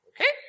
Okay